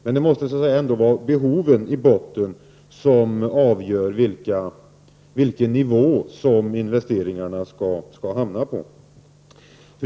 Men det måste som sagt ändå vara behoven som avgör vilken nivå som investeringarna skall ligga på.